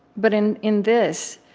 but in in this,